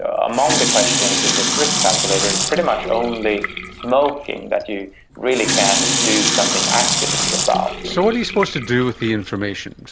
ah among the questions in this risk calculator, it's pretty much only smoking that you really can do something actively about. so what are you supposed to do with the information?